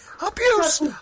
Abuse